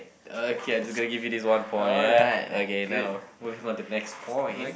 okay I do gotta give you this one point yeah okay now moving on to next point